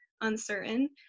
uncertain